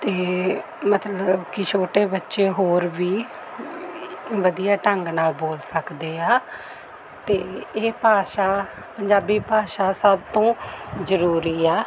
ਅਤੇ ਮਤਲਬ ਕਿ ਛੋਟੇ ਬੱਚੇ ਹੋਰ ਵੀ ਵਧੀਆ ਢੰਗ ਨਾਲ ਬੋਲ ਸਕਦੇ ਆ ਅਤੇ ਇਹ ਭਾਸ਼ਾ ਪੰਜਾਬੀ ਭਾਸ਼ਾ ਸਭ ਤੋਂ ਜ਼ਰੂਰੀ ਹੈ